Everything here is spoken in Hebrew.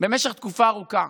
במשך תקופה ארוכה.